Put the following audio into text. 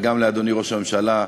וגם לאדוני ראש הממשלה: